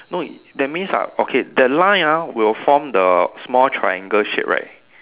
no that means uh okay that line ah will form the small triangle shape right